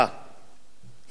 אי-אפשר להסתיר את השמש.